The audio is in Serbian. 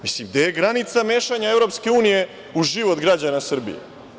Mislim, gde je granica mešanja EU u život građana Srbije?